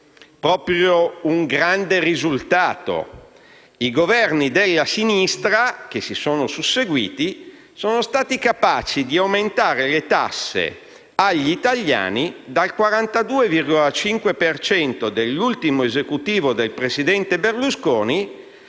Proprio un grande risultato! I Governi della sinistra che si sono susseguiti sono stati capaci di aumentare le tasse agli italiani dal 42,5 per cento dell'ultimo Esecutivo del presidente Berlusconi